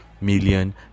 million